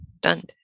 done